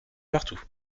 partout